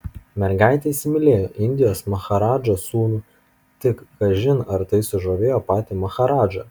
mergaitė įsimylėjo indijos maharadžos sūnų tik kažin ar tai sužavėjo patį maharadžą